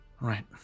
Right